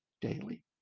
daily